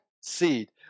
seed